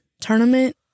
tournament